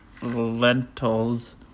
Lentils